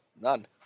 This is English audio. none